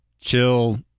chill